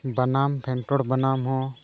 ᱵᱟᱱᱟᱢ ᱯᱷᱮᱱᱴᱚᱲ ᱵᱟᱱᱟᱢ ᱦᱚᱸ